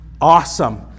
awesome